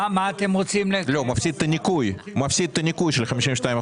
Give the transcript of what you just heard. מפסיד את הניכוי של ה-52%.